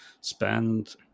spend